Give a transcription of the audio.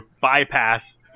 bypass